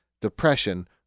depression